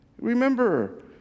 Remember